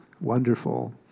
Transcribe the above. wonderful